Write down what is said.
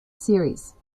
series